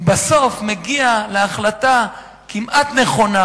הוא בסוף מגיע להחלטה כמעט נכונה,